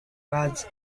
was